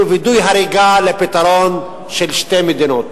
וידוא הריגה לפתרון של שתי מדינות.